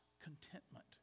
contentment